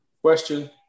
question